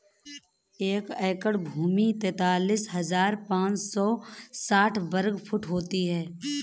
एक एकड़ भूमि तैंतालीस हज़ार पांच सौ साठ वर्ग फुट होती है